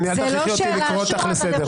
אל תכריחי אותי לקרוא אותך לסדר.